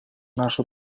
нашу